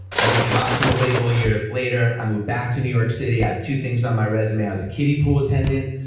i get dropped from the label a year later, i move back to new york city, two things on my resume, i was a kiddie pool attendant,